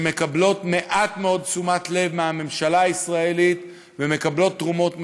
שמקבלות מעט מאוד תשומת לב מהממשלה הישראלית ומקבלות תרומות מחו"ל,